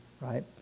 right